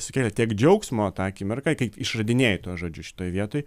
sukėlė tiek džiaugsmo tą akimirką kai išradinėji tuos žodžius šitoj vietoj